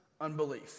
unbelief